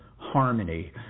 Harmony